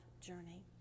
journey